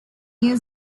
new